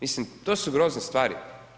Mislim, to su grozne stvari.